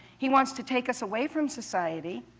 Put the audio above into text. he wants to take us away from society,